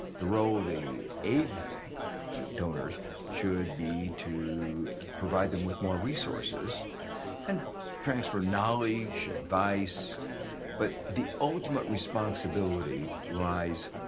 the role the aid donors should be to provide them with more resources and transfer knowledge, advice but the ultimate responsibility lies